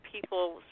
people